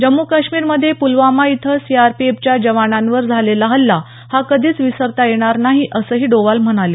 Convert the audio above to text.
जम्मू काश्मीर मध्ये पुलवामा इथं सीआरपीएफच्या जवानांवर झालेला हल्ला हा कधीचं विसरता येणार नाही असंही डोवाल म्हणाले